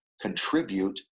contribute